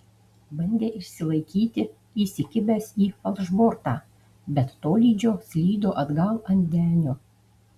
bandė išsilaikyti įsikibęs į falšbortą bet tolydžio slydo atgal ant denio